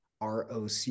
ROC